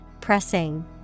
pressing